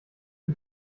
die